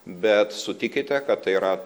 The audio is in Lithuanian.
bet sutikite kad tai yra